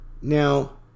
now